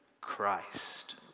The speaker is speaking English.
Christ